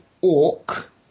orc